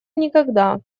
никогда